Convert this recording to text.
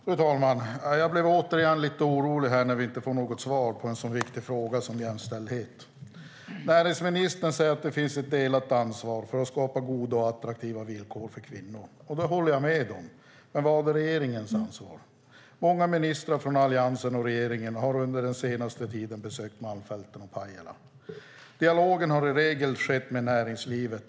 Fru talman! Jag blir återigen lite orolig när vi inte får något svar på en så viktig fråga som jämställdhet. Näringsministern säger att det finns ett delat ansvar för att skapa goda och attraktiva villkor för kvinnor, och det håller jag med om. Men vad är regeringens ansvar? Många ministrar från alliansregeringen har under den senaste tiden besökt Malmfälten och Pajala. Dialogen har i regel skett med näringslivet.